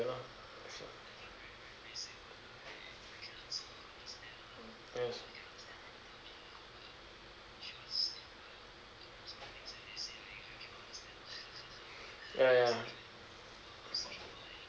you know yes ya ya